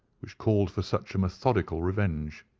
which called for such a methodical revenge.